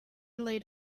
laid